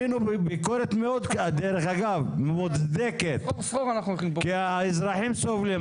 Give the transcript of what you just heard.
דרך אגב, מוצדקת, כי האזרחים סובלים.